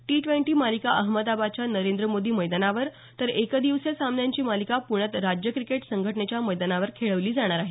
T twenty मालिका अहमदाबादच्या नरेंद्र मोदी मैदानावर तर एकदिवसीय सामन्यांची मालिका पृण्यात राज्य क्रिकेट संघटनेच्या मैदानावर खेळवली जाणार आहे